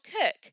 cook